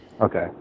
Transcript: Okay